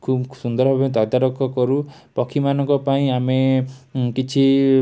ଖୁବ୍ ସୁନ୍ଦର ଭାବେ ତଦାରଖ କରୁ ପକ୍ଷୀମାନଙ୍କ ପାଇଁ ଆମେ କିଛି